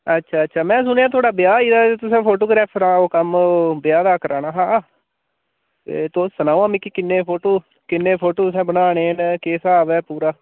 अच्छा अच्छा मैं सुनेआ थोआढ़ा ब्याह् आई गेआ ते तुसें फोटोग्राफरे दा ओह् कम्म ब्याह् दा कराना हा ते तुस सनाओ हां मिकी किन्ने फोटो किन्ने फोटो तुसें बनाने ते केह् स्हाब ऐ पूरा